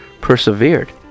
persevered